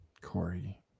Corey